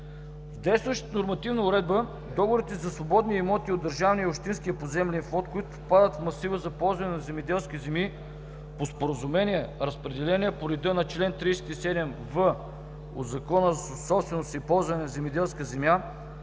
В действащата нормативна уредба договорите за свободни имоти от държавния и общинския поземлен фонд, които попадат в масива за ползване на земеделски земи, по споразумение/разпределение по реда на чл. 37в от Закона за собствеността и ползването на земеделски земи,